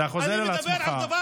אתה חוזר על עצמך.